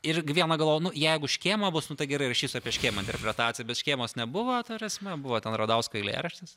ir viena galvojau nu jeigu škėma bus gerai rašysiu apie škėmą interpretaciją bet škėmos nebuvo ta prasme buvo ten radausko eilėraštis